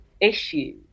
issues